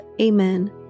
Amen